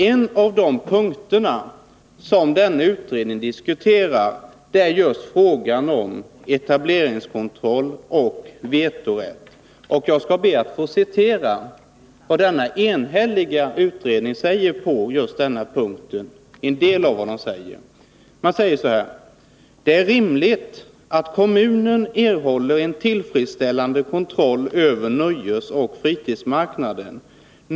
En av de punkter som denna utredning diskuterat är just frågan om etableringskontroll och vetorätt, och jag ber att få citera vad utredningen bl.a. säger på just denna punkt: ”Det är rimligt att kommunen erhåller en tillfredsställande kontroll över nöjesoch fritidsmarknaden.